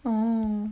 oh